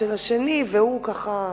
והוא ככה פטור,